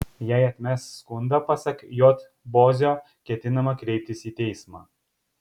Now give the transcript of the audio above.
jei atmes skundą pasak j bozio ketinama kreiptis į teismą